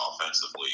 offensively